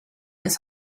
his